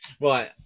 Right